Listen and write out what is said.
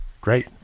great